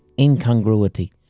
incongruity